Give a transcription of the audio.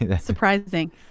Surprising